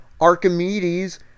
Archimedes